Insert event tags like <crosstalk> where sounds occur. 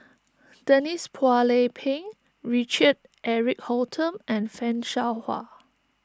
<noise> Denise Phua Lay Peng Richard Eric Holttum and Fan Shao Hua